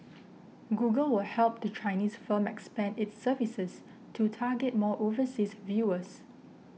google will help the Chinese firm expand its services to target more overseas viewers